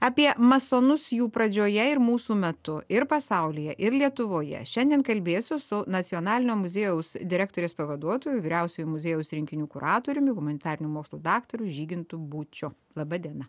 apie masonus jų pradžioje ir mūsų metu ir pasaulyje ir lietuvoje šiandien kalbėsiu su nacionalinio muziejaus direktorės pavaduotoju vyriausiuoju muziejaus rinkinių kuratoriumi humanitarinių mokslų daktaru žygintu būčiu laba diena